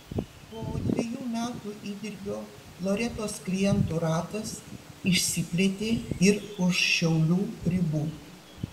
po dvejų metų įdirbio loretos klientų ratas išsiplėtė ir už šiaulių ribų